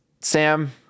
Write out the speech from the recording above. Sam